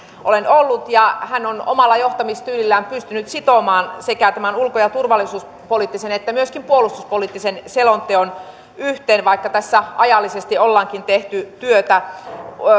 olen ollut hän on omalla johtamistyylillään pystynyt sitomaan sekä ulko ja turvallisuuspoliittisen että myöskin puolustuspoliittisen selonteon yhteen vaikka tässä ajallisesti ollaankin tehty työtä